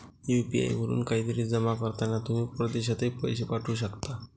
UPI वरून काहीतरी जमा करताना तुम्ही परदेशातही पैसे पाठवू शकता